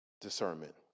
discernment